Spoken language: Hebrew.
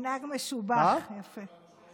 מנהג משובח, יפה.